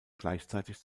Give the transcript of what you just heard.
gleichzeitig